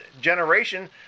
generation